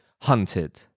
Hunted